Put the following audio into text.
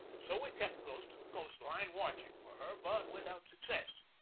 so we kept close to the coast line watching for her, but without success.